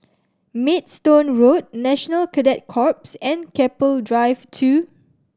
Maidstone Road National Cadet Corps and Keppel Drive Two